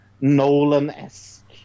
Nolan-esque